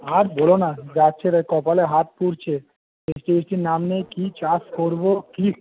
আর বলো না যাচ্ছে তাই কপালে হাত পুড়ছে বৃষ্টি ফিস্টির নাম নেই কি চাষ করবো কি